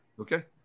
Okay